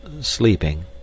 sleeping